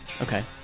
Okay